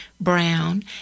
Brown